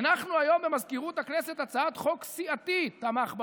הנחנו היום במזכירות הכנסת הצעת חוק סיעתית" הוא תמך בה,